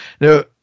Now